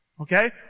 Okay